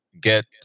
get